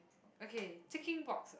okay ticking boxer